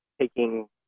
taking